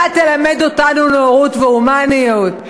אתה תלמד אותנו נאורות והומניות?